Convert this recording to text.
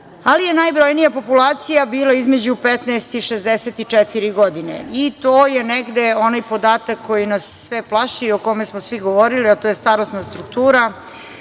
ali je najbrojnija populacija bila između 15 i 64 godine. I to je negde onaj podatak koji nas sve plaši o kome smo svi govorili, a to je starosna struktura,